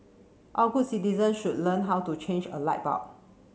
all good citizens should learn how to change a light bulb